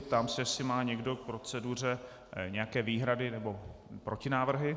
Ptám se, jestli má někdo k proceduře nějaké výhrady nebo protinávrhy.